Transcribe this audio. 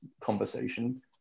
conversation